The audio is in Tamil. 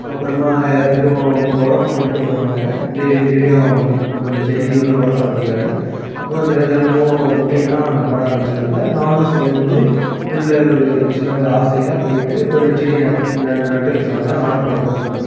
அப்புறமா எல்லாத்துக்கும் உரம் போட்டுட்டு வருவாங்க டெய்லி டெய்லியும் செடி வந்து உரம் சாப்பிடுறதுக்காக அப்புறம் தினம் தினமும் ரொட்டீனாக நாங்கள் பண்ண ஆரம்பித்ததால நானும் சேர்ந்து உள்ளே ஒரு சின்ன ஒரு ஆசையாக போய்விட்டு ஒரு செடியை நட்டு வைக்க சொன்னாங்க நானும் பண்ண போகிறேன் சொன்னதுக்கு